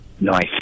Nice